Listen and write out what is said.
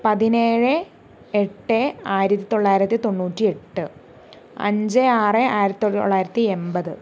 പതിനേഴ് എട്ട് ആയിരത്തി തൊള്ളായിരത്തി തൊണ്ണൂറ്റി എട്ട് അഞ്ച് ആറ് ആയിരത്തി തൊള്ളായിരത്തി എൺപത്